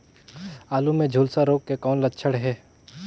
आलू मे झुलसा रोग के कौन लक्षण हे?